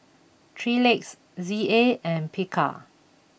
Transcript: three Legs Z A and Picard